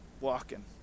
walking